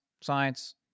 Science